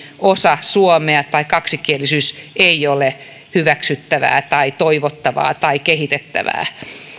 osa suomea tai kaksikielisyys ei ole hyväksyttävää tai toivottavaa tai kehitettävää